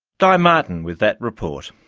di martin with that report.